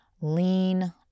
lean